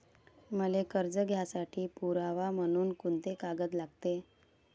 मले कर्ज घ्यासाठी पुरावा म्हनून कुंते कागद लागते?